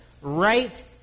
right